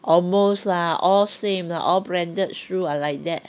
almost lah all same lah all branded shoes are like that